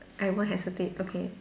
I won't hesitate okay